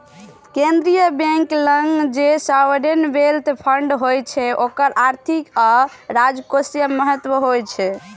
केंद्रीय बैंक लग जे सॉवरेन वेल्थ फंड होइ छै ओकर आर्थिक आ राजकोषीय महत्व होइ छै